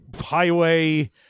Highway